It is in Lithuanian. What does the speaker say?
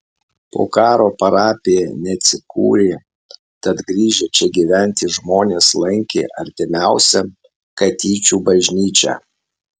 po karo parapija neatsikūrė tad grįžę čia gyventi žmonės lankė artimiausią katyčių bažnyčią